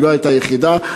היא לא הייתה היחידה.